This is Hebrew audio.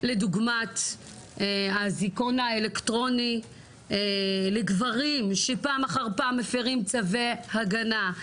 לדוגמת האזיקון האלקטרוני לגברים שפעם אחד פעם מפרים צווי הגנה,